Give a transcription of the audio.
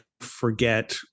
forget